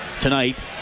tonight